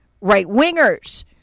right-wingers